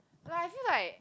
like I feel like